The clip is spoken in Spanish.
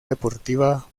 deportiva